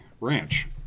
ranch